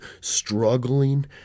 struggling